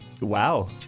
Wow